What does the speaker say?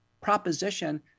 proposition